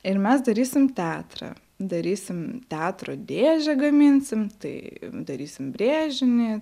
ir mes darysim teatrą darysim teatro dėžę gaminsim tai darysim brėžinį